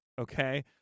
okay